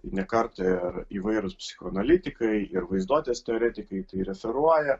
ne kartą ir įvairūs psichoanalitikai ir vaizduotės teoretikai referuoja